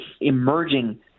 emerging